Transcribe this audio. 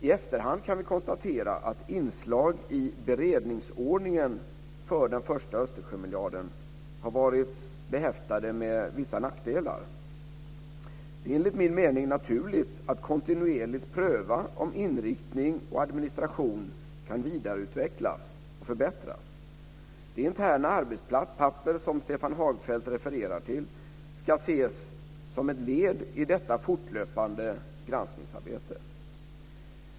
I efterhand kan vi konstatera att inslag i beredningsordningen för den första Östersjömiljarden har varit behäftade med vissa nackdelar. Det är enligt min mening naturligt att kontinuerligt pröva om inriktning och administration kan vidareutvecklas och förbättras. Det interna arbetspapper som Stefan Hagfeldt refererar till ska ses som ett led i detta fortlöpande granskningsarbete.